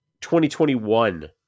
2021